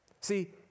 See